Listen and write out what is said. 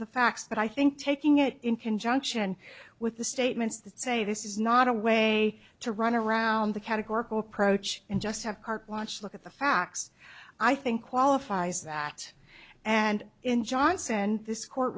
e facts but i think taking it in conjunction with the statements that say this is not a way to run around the categorical approach and just have carte blanche look at the facts i think qualifies that and in johnson this court